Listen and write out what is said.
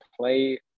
play